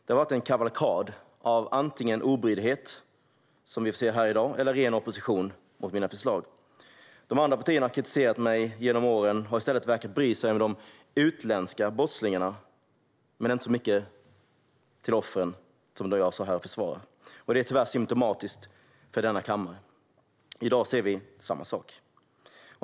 Det har varit en kavalkad av antingen obryddhet, som vi ser här i dag, eller ren opposition mot mina förslag. De andra partierna som har kritiserat mig genom åren har verkat bry sig om de utländska brottslingarna men inte så mycket om offren, som jag försvarar. Det är tyvärr symtomatiskt för denna kammare. I dag ser vi samma sak.